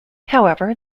however